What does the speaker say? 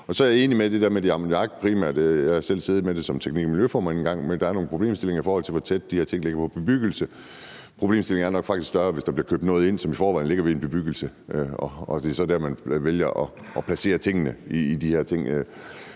det primært er ammoniak. Jeg har selv siddet med det som teknik- og miljøformand engang, men der er nogle problemstillinger, i forhold til hvor tæt de her ting ligger på bebyggelse. Problemstillingen er nok faktisk større, hvis der bliver købt noget ind, der bliver placeret ved en bebyggelse, hvor der i forvejen ligger noget. Er ordføreren